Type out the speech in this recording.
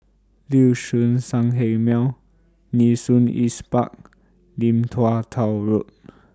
Liuxun Sanhemiao Nee Soon East Park and Lim Tua Tow Road